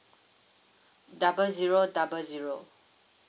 double zero double zero